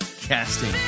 Casting